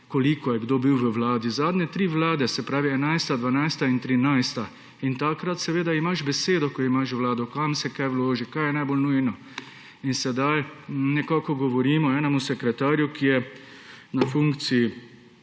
koliko je kdo bil v vladi. Zadnje tri vlade, se pravi 11., 12. in 13. Takrat ko imaš vlado, seveda imaš besedo, kam se kaj vloži, kaj je najbolj nujno. In sedaj govorimo enemu sekretarju, ki je na funkciji